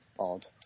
odd